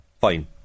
fine